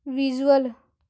visual